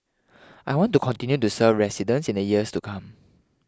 I want to continue to serve residents in the years to come